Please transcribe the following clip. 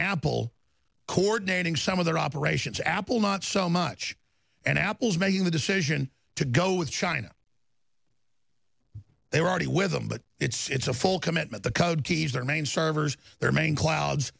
apple coordinating some of their operations apple not so much and apple's making the decision to go with china they were already with them but it's a full commitment the code keys their main servers their main clouds